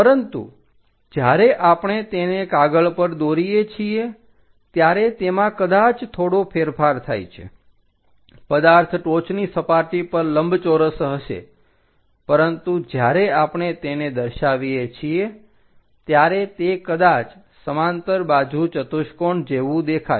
પરંતુ જ્યારે આપણે તેને કાગળ પર દોરીએ છીએ ત્યારે તેમાં કદાચ થોડો ફેરફાર થાય છે પદાર્થ ટોચની સપાટી પર લંબચોરસ હશે પરંતુ જ્યારે આપણે તેને દર્શાવીએ છીએ ત્યારે તે કદાચ સમાંતર બાજુ ચતુષ્કોણ જેવું દેખાશે